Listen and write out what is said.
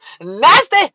nasty